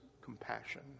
compassion